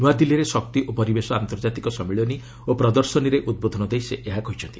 ନୂଆଦିଲ୍ଲୀରେ ଶକ୍ତି ଓ ପରିବେଶ ଆନ୍ତର୍ଜାତିକ ସମ୍ମିଳନୀ ଓ ପ୍ରଦର୍ଶନୀରେ ଉଦ୍ବୋଧନ ଦେଇ ସେ ଏହା କହିଛନ୍ତି